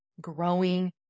growing